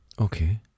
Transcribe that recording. Okay